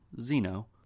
Zeno